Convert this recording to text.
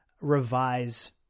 revise